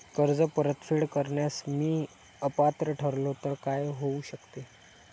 कर्ज परतफेड करण्यास मी अपात्र ठरलो तर काय होऊ शकते?